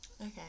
Okay